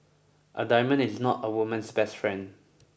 a diamond is not a woman's best friend